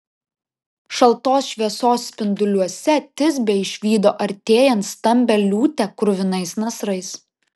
šaltos šviesos spinduliuose tisbė išvydo artėjant stambią liūtę kruvinais nasrais